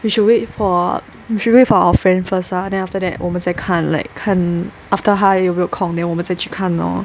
we should wait for we should wait for our friend first ah then after that 我们再看 like 看 after 他有没有空 then 我们再去看 lor